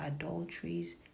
adulteries